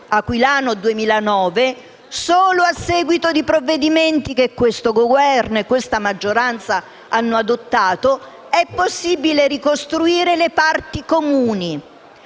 aquilano del 2009, solo a seguito di provvedimenti che questo Governo e questa maggioranza hanno adottato, è possibile ricostruire le parti comuni.